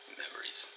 memories